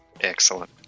Excellent